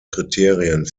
kriterien